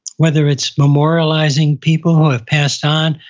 whether it's memorializing people who have passed on,